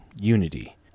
Unity